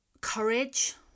courage